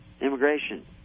Immigration